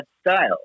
style